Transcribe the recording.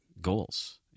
goals